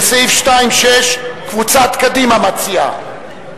לסעיף 2(6) קבוצת קדימה מציעה.